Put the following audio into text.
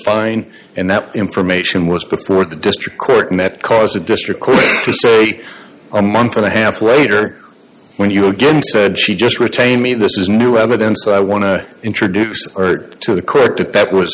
fine and that information was before the district court and that caused the district court to say a month and a half later when you again said she just retained me this is new evidence so i want to introduce our to the court that that was